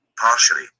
Partially